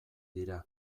dira